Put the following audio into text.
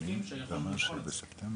מחלפים שיכולנו לבחון,